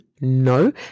No